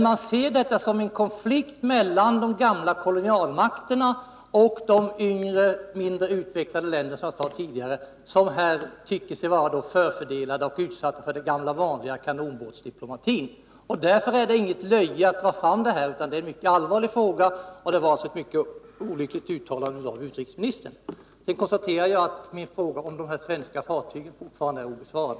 Man ser detta som en konflikt mellan de gamla kolonialmakterna och de yngre, mindre utvecklade länderna, som här tycker sig vara förfördelade och utsatta för den gamla vanliga kanonbåtsdiplomatin. Därför utmanar det inte löjet att dra fram detta, utan det är en mycket allvarlig fråga, och det var ett mycket olyckligt uttalande av utrikesministern. Sedan konstaterar jag att min fråga om de här svenska fartygen fortfarande är obesvarad.